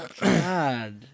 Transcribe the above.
God